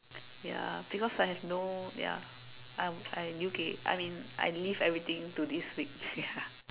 ya because I have no ya I in U_K I mean I leave everything till this week ya